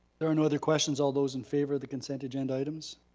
there are no other questions, all those in favor of the consent agenda items?